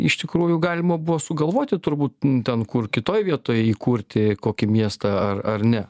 iš tikrųjų galima buvo sugalvoti turbūt ten kur kitoj vietoj įkurti kokį miestą ar ar ne